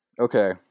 Okay